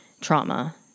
trauma